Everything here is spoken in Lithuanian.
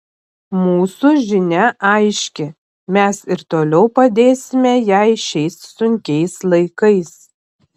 mūsų žinia aiški mes ir toliau padėsime jai šiais sunkiais laikais